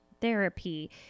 therapy